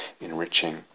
enriching